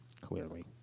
clearly